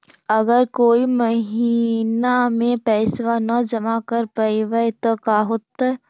अगर कोई महिना मे पैसबा न जमा कर पईबै त का होतै?